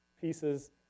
pieces